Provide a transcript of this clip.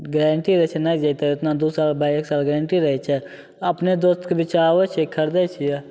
guarantee रहै छै नहि जएतै ओतना दुइ साल एक सालके गारण्टी रहै छै अपने दोस्तके विचारै छिए खरिदै छिए